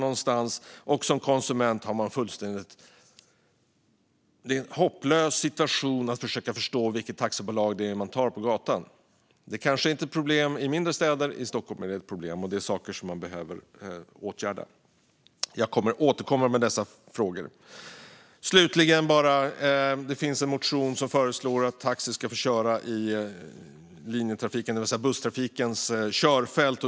Som konsument är det också fullständigt hopplöst att försöka förstå vilket taxibolag det är när man tar en bil på gatan. Det kanske inte är något problem i mindre städer, men i Stockholm är det ett problem som behöver åtgärdas. Jag kommer att återkomma om dessa frågor. Slutligen finns det en motion som föreslår att taxi ska få köra i linjetrafikens, det vill säga busstrafikens, körfält.